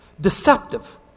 Deceptive